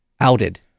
outed